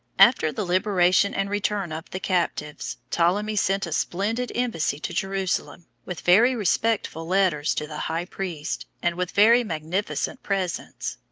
after the liberation and return of the captives, ptolemy sent a splendid embassage to jerusalem, with very respectful letters to the high priest, and with very magnificent presents.